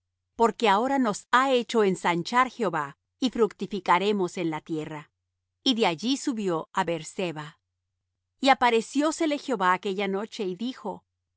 porque ahora nos ha hecho ensanchar jehová y fructificaremos en la tierra y de allí subió á beer-seba y apareciósele jehová aquella noche y dijo